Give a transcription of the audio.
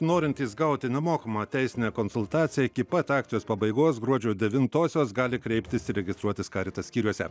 norintys gauti nemokamą teisinę konsultaciją iki pat akcijos pabaigos gruodžio devintosios gali kreiptis registruotis karitas skyriuose